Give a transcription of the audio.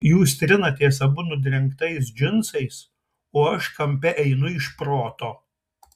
jūs trinatės abu nudrengtais džinsais o aš kampe einu iš proto